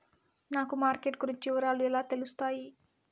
నాకు మార్కెట్ గురించి వివరాలు ఎలా తెలుస్తాయి?